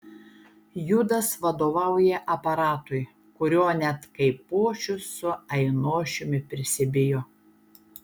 judas vadovauja aparatui kurio net kaipošius su ainošiumi prisibijo